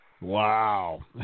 Wow